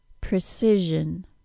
Precision